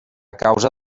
causa